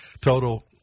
total